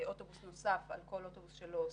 אוטובוס נוסף על כל אוטובוס שלא אוסף.